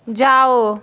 जाओ